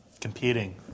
competing